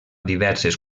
diverses